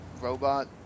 robot